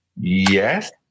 yes